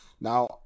Now